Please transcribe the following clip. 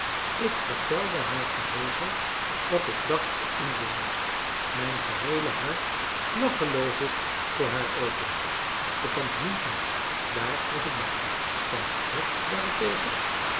ik vertelde haar geregeld wat ik dacht en voelde mijn geheele hart lag geloof ik voor haar open voor tante mientje niet daar was ik bang voor tante bet daarentegen